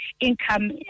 income